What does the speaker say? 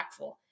impactful